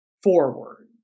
forward